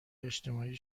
اجتماعی